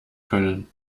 können